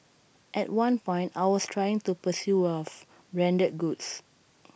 at one point I was trying to pursue wealth branded goods